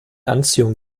anziehung